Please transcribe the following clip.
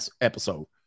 episode